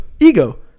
Ego